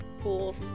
pools